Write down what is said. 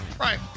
Right